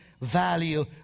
value